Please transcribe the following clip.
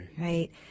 right